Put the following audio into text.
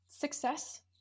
success